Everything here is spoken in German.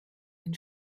ein